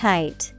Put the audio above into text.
Tight